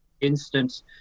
instance